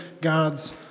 God's